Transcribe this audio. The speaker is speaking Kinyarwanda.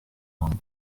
hanze